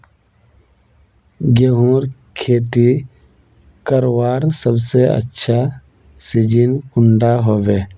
गेहूँर खेती करवार सबसे अच्छा सिजिन कुंडा होबे?